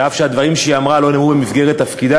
שאף שהדברים שהיא אמרה לא נאמרו במסגרת תפקידה,